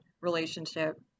relationship